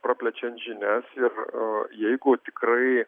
praplečiant žinias ir jeigu tikrai